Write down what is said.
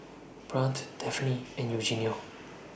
Brant Daphne and Eugenio